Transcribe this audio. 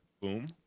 boom